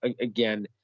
again